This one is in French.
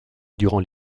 durant